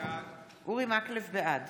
בעד